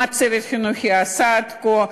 מה הצוות החינוכי עשה עד כה?